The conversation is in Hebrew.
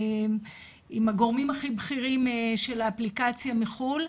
הגורמים הכי בכירים של האפליקציה מחו"ל,